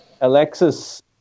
Alexis